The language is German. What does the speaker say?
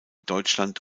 deutschland